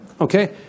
Okay